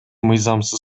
мыйзамсыз